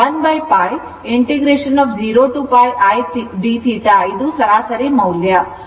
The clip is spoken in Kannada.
1 π 0 to π i dθ ಇದು ಸರಾಸರಿ ಮೌಲ್ಯ